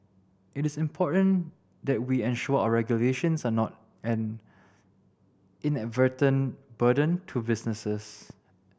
it is important that we ensure our regulations are not an inadvertent burden to businesses